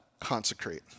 consecrate